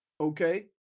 Okay